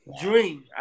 Dream